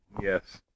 Yes